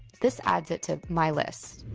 this adds it to my list.